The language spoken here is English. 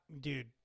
dude